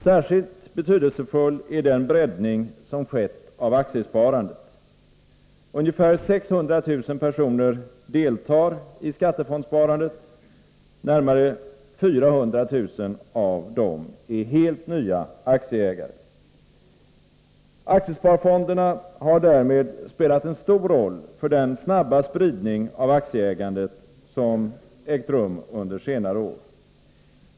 Särskilt betydelsefull är den breddning av aktiesparandet som skett. Ungefär 600 000 personer deltar i skattefondssparandet. Närmare 400 000 av dessa är helt nya aktieägare. Aktiesparfonderna har därmed spelat en stor roll för den snabba spridning av aktieägandet som ägt rum under senare år.